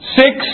six